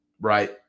right